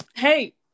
Hey